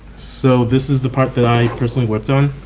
so this is the part that i personally worked on.